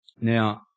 Now